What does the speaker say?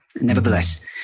nevertheless